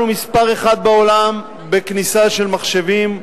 אנחנו מספר אחת בעולם בכניסה של מחשבים לבתים.